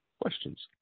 Questions